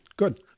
Good